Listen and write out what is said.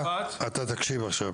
אתה תקשיב עכשיו.